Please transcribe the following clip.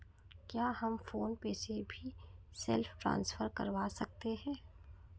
क्या हम PhonePe से भी सेल्फ ट्रांसफर करवा सकते हैं?